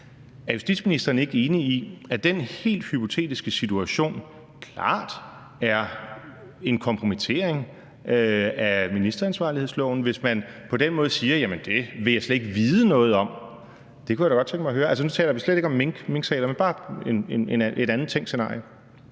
Er justitsministeren ikke enig i, at den helt hypotetiske situation klart er en kompromittering af ministeransvarlighedsloven, hvis man på den måde siger: Det vil jeg slet ikke vide noget om? Det kunne jeg da godt tænke mig at høre. Og nu taler vi slet ikke om minksagen, men bare om et andet tænkt scenarie.